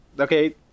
okay